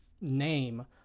name